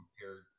compared